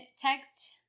text